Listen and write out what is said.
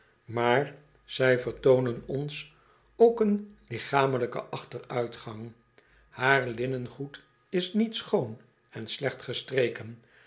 maar zij vertoonen ons ook een lichamelijken achteruitgang haar linnengoed is niet schoon en slecht gestreken